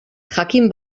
jakin